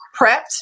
prepped